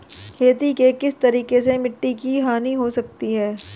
खेती के किस तरीके से मिट्टी की हानि हो सकती है?